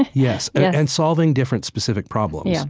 yes. and solving different specific problems yeah.